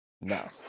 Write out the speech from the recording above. No